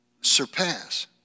surpass